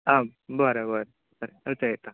आं बरें बरें रे येता येता